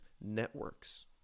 networks